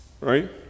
Right